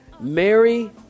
Mary